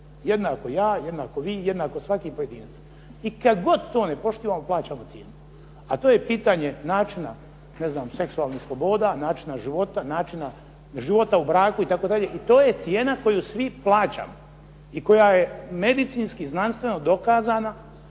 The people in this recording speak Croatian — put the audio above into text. Jednako ja, jednako vi, jednako svaki pojedinac. I kad god to ne poštivamo plaćamo cijenu. A to je pitanje načina, ne znam, seksualnih sloboda, načina života, načina života u braku itd., i to je cijena koju svi plaćamo i koja je medicinski znanstveno dokazana,